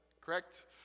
correct